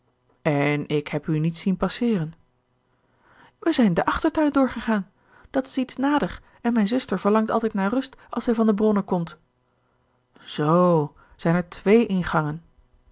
en ik heb u niet zien passeeren gerard keller het testament van mevrouw de tonnette wij zijn den achtertuin door gegaan dat is iets nader en mijne zuster verlangt altijd naar rust als zij van de bronnen komt zoo zijn er twee ingangen